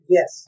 Yes